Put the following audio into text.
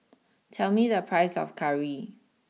tell me the price of Curry